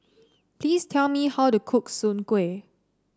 please tell me how to cook Soon Kuih